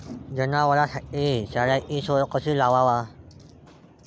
जनावराइसाठी चाऱ्याची सोय कशी लावाव?